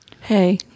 Hey